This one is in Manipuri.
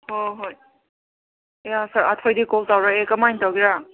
ꯑꯣ ꯍꯣꯏ ꯑꯦ ꯁꯥꯔ ꯑꯊꯣꯏꯗꯤ ꯀꯣꯜ ꯇꯧꯔꯛꯑꯦ ꯀꯃꯥꯏꯅ ꯇꯧꯒꯦꯔꯥ